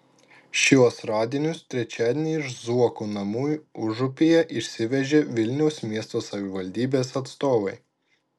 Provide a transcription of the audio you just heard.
šiuos radinius trečiadienį iš zuokų namų užupyje išsivežė vilniaus miesto savivaldybės atstovai